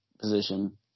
position